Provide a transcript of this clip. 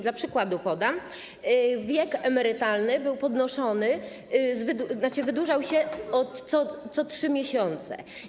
Dla przykładu podam: wiek emerytalny był podnoszony, tzn. wydłużał się co 3 miesiące.